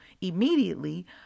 immediately